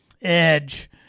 Edge